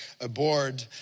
aboard